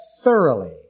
thoroughly